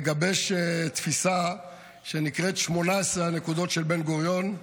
מגבש תפיסה שנקראת "18 הנקודות של בן-גוריון",